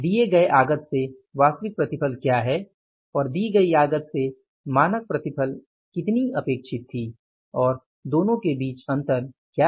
दिए गए आगत से वास्तविक प्रतिफल क्या है और दी गई आगत से मानक प्रतिफल कितनी अपेक्षित थी और दोनों के बीच अंतर क्या है